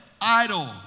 idol